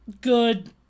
Good